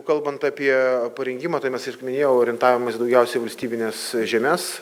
kalbant apie parinkimą tai mes ir kaip minėjau orientavomės daugiausiai į valstybines žemes